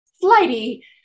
flighty